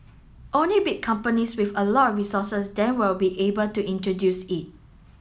only big companies with a lot of resources then will be able to introduce it